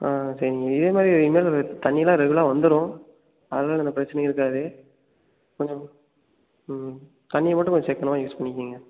ஆ சரிங்க இதே மாதிரி இனிமேலும் தண்ணிலாம் ரெகுலராக வந்துரும் அதனால எந்த பிரச்சனையும் இருக்காது கொஞ்சம் ம் தண்ணியை மட்டும் கொஞ்சம் சிக்கனமாக யூஸ் பண்ணிக்கங்க